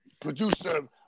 producer